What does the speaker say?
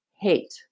hate